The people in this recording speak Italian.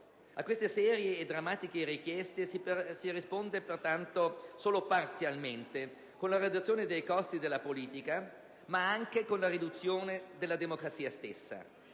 A questa serie di drammatiche richieste si risponde pertanto solo parzialmente, con la riduzione dei costi della politica, ma anche con la riduzione della democrazia stessa.